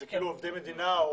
אלה עובדי מדינה,